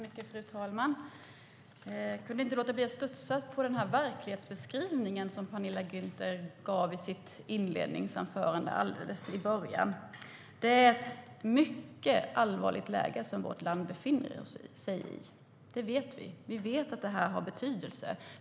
Fru talman! Jag kunde inte låta bli att studsa när jag hörde den verklighetsbeskrivning som Penilla Gunther gav alldeles i början av sitt inledningsanförande. Vårt land befinner sig i ett mycket allvarligt läge - det vet vi. Vi vet att det har betydelse.